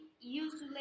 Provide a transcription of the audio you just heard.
usually